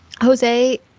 Jose